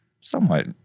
somewhat